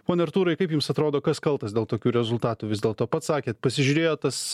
pone artūrai kaip jums atrodo kas kaltas dėl tokių rezultatų vis dėlto pats sakėt pasižiūrėjot tas